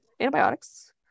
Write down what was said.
antibiotics